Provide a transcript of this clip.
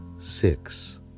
six